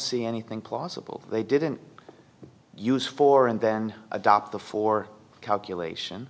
see anything plausible they didn't use four and then adopt the four calculation